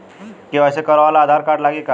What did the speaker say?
KYC करावे ला Aadhaar card लागी का?